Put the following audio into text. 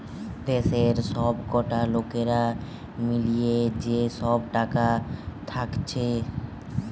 দেশের সবকটা লোকের মিলিয়ে যে সব টাকা থাকছে